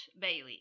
Bailey